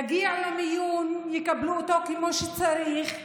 יגיע למיון ויקבלו אותו כמו שצריך,